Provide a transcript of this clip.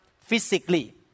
physically